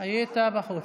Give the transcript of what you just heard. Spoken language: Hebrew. היית בחוץ,